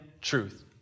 truth